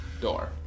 door